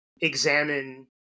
examine